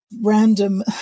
random